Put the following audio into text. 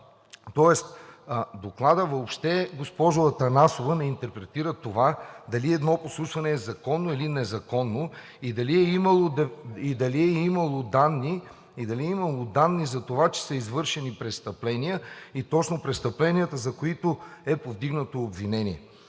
Тоест Докладът въобще, госпожо Атанасова, не интерпретира това дали едно подслушване е законно, или незаконно и дали е имало данни за това, че са извършени престъпления, и точно престъпленията, за които е повдигнато обвинение.